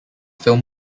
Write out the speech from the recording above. film